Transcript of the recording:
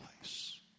place